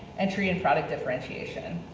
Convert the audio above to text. entry, and product differentiation.